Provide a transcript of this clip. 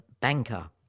Banker